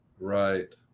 Right